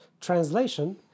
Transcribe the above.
translation